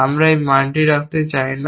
আমরা এই মানটি রাখতে চাই না